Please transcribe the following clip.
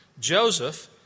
Joseph